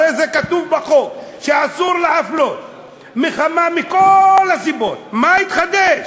הרי כתוב בחוק שאסור להפלות מכל הסיבות, מה התחדש?